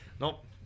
Nope